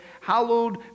hallowed